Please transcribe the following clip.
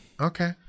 okay